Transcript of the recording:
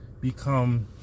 become